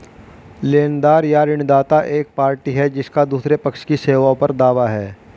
लेनदार या ऋणदाता एक पार्टी है जिसका दूसरे पक्ष की सेवाओं पर दावा है